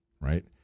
right